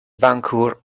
vancouver